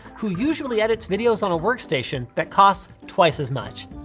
who usually edits videos on a workstation that costs twice as much.